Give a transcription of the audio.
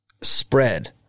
spread